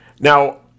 Now